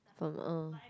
from a